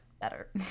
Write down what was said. better